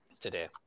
today